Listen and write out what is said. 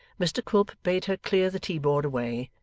mr quilp bade her clear the teaboard away,